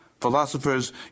Philosophers